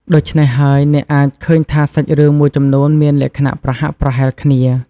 ដូច្នេះហើយអ្នកអាចឃើញថាសាច់រឿងមួយចំនួនមានលក្ខណៈប្រហាក់ប្រហែលគ្នា។